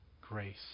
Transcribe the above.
grace